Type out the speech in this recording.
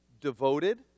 devoted